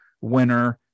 winner